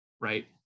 right